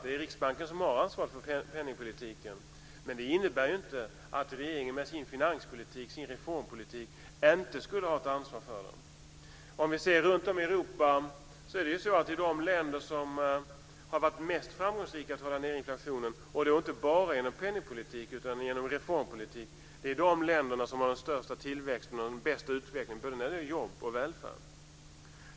Det är Riksbanken som har ansvaret för penningpolitiken. Men det innebär inte att regeringen med sin finanspolitik och sin reformpolitik inte skulle ha ett ansvar. De länder i Europa som varit mest framgångsrika med att hålla nere inflationen, inte bara genom penningpolitik utan också genom reformpolitik, är de länder som har den största tillväxten och den bästa utvecklingen både när det gäller jobb och välfärd.